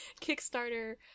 Kickstarter